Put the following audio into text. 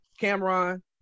Cameron